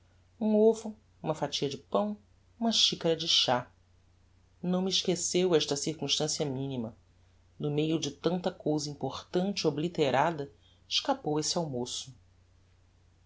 um ovo uma fatia de pão uma chicara de chá não me esqueceu esta circumstancia minima no meio de tanta cousa importante obliterada escapou esse almoço